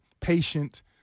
patient